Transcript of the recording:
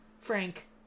Frank